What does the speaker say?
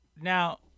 Now